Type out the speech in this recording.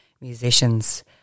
musicians